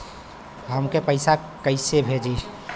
हमके पैसा कइसे भेजी?